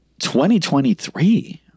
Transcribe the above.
2023